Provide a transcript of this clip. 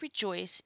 rejoice